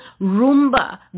Roomba